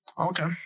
Okay